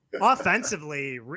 Offensively